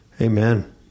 Amen